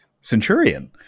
centurion